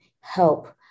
help